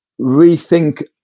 rethink